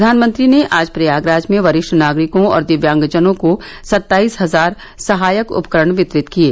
प्रधानमंत्री ने आज प्रयागराज में वरिष्ठ नागरिकों और दिव्यांगजनों को सत्ताईस हजार सहायक उपकरण वितरित किये